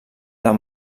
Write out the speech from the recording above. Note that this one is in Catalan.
del